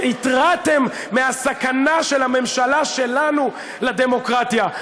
והתרעתם מפני הסכנה של הממשלה שלנו לדמוקרטיה.